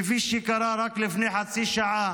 כפי שקרה רק לפני חצי שעה